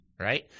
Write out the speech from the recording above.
right